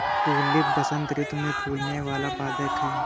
tulip बसंत ऋतु में फूलने वाला पदक है